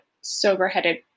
sober-headed